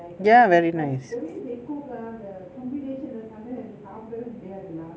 ya very nice